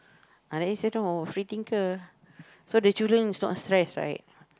ah that is the free thinker so the children is not stressed right